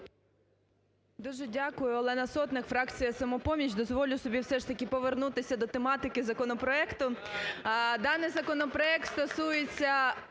Дуже дякую. Олена Сотник, фракція "Самопоміч". Дозволю собі все ж таки повернутися до тематики законопроекту. Даний законопроект стосується